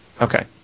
Okay